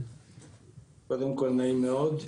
קודם כל נעים מאוד,